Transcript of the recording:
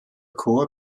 chor